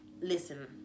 Listen